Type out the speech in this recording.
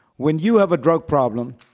when you have a drug problem,